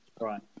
right